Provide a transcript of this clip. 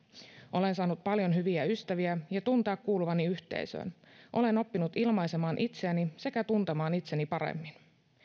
olen saanut paljon hyviä ystäviä ja tuntea kuuluvani yhteisöön olen oppinut ilmaisemaan itseäni sekä tuntemaan itseni paremmin